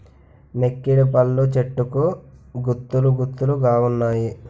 నెక్కిడిపళ్ళు చెట్టుకు గుత్తులు గుత్తులు గావున్నాయి